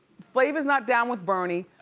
flava's not down with bernie.